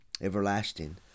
everlasting